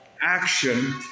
action